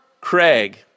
Craig